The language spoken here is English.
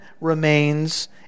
remains